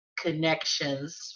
connections